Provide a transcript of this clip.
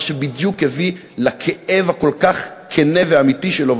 מה שבדיוק הביא לכאב הכל-כך כן ואמיתי שלו.